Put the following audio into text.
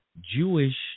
jewish